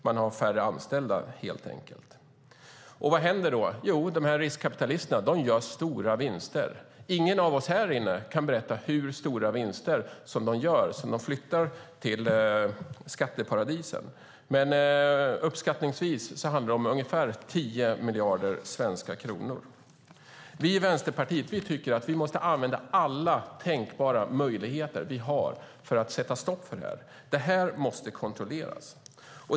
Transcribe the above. Man har helt enkelt färre anställda. Vad händer då? Jo, riskkapitalisterna gör stora vinster. Ingen av oss här inne kan berätta hur stora vinster de gör och flyttar till skatteparadis. Uppskattningsvis handlar det om ungefär 10 miljarder svenska kronor. Vänsterpartiet tycker att vi måste använda alla tänkbara möjligheter vi har för att sätta stopp för detta. Detta måste kontrolleras.